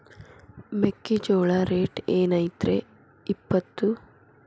ಮೆಕ್ಕಿಜೋಳ ರೇಟ್ ಏನ್ ಐತ್ರೇ ಇಪ್ಪತ್ತು?